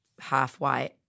half-white